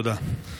תודה.